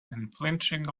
unflinching